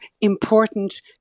important